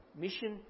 mission